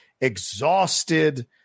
exhausted